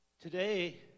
today